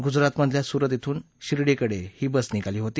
गुजरातमधल्या सूरत इथून शिर्डीकडे ही बस निघाली होती